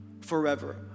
forever